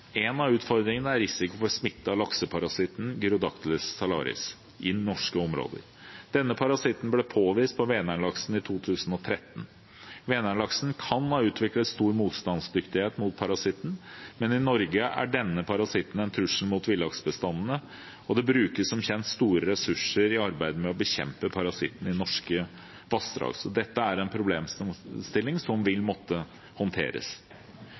En av utfordringene er risikoen for smitte av lakseparasitten Gyrodactylus salaris i norske områder. Denne parasitten ble påvist på Vänern-laksen i 2013. Vänern-laksen kan ha utviklet stor motstandsdyktighet mot parasitten, men i Norge er denne parasitten en trussel mot villaksbestandene, og det brukes som kjent store ressurser i arbeidet med å bekjempe parasitten i norske vassdrag. Så dette er en problemstilling som vil måtte håndteres.